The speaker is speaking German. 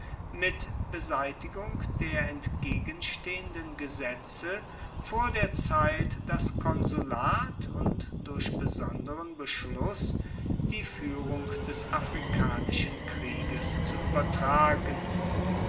mit beseitigung der entgegenstehenden gesetze vor der zeit das konsulat und durch besonderen beschluß die führung des afrikanischen krieges zu übertragen